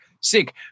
sick